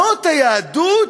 זאת היהדות?